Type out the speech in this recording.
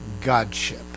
Godship